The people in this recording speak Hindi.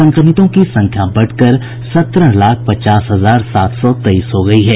संक्रमितों की संख्या बढ़कर सत्रह लाख पचास हजार सात सौ तेईस हो गयी है